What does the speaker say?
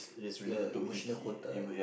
your emotional quota